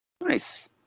Nice